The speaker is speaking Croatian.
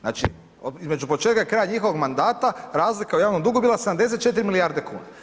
Znači, između početka i kraja njihovog mandata razlika u javnom dugu bila je 74 milijarde kuna.